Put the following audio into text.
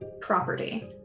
property